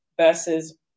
versus